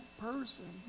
person